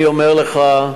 אני אומר לך,